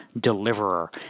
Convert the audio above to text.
deliverer